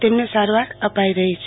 તેમને સારવાર અપાઈ રહી છ